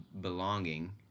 belonging